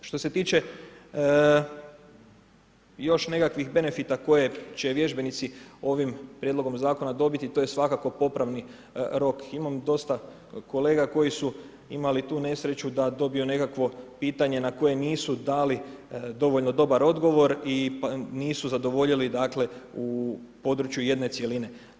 Što se tiče još nekakvih benefita, koje će vježbenici ovim prijedlogom zakona dobiti, to je svakako popravni rok, imam dosta kolega, koji su imali tu nesreću, da dobiju nekakvo pitanje, na koje nisu dali dovoljno dobar odgovor i nisu zadovoljili u području jedne cjeline.